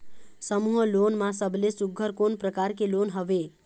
समूह लोन मा सबले सुघ्घर कोन प्रकार के लोन हवेए?